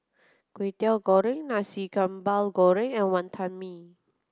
Kwetiau Goreng Nasi Sambal Goreng and Wonton Mee